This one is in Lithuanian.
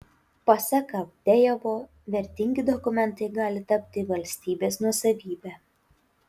pasak avdejevo vertingi dokumentai gali tapti valstybės nuosavybe